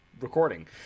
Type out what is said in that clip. recording